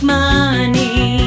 money